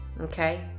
okay